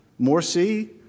Morsi